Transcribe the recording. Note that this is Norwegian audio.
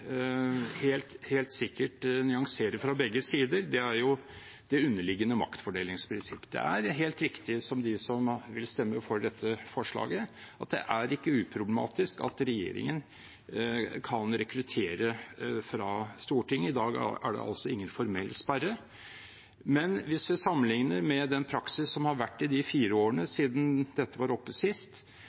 nyansere fra begge sider, er det underliggende maktfordelingsprinsipp. Det er helt riktig som de som vil stemme for dette forslaget, sier, at det ikke er uproblematisk at regjeringen kan rekruttere fra Stortinget. I dag er det altså ingen formell sperre, men hvis vi sammenligner med den praksis som har vært i de fire årene siden dette var oppe sist,